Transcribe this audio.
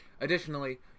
Additionally